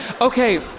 Okay